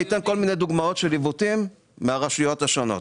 אני אתן כל מיני דוגמאות של עיוותים מהרשויות השונות.